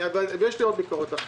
יש לי עוד ביקורת אחת.